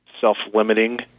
self-limiting